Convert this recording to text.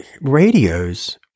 radios